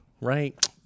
right